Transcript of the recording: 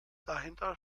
dahinter